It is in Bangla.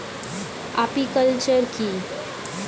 আপিকালচার কি?